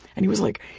and he was like,